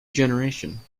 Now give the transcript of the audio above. generation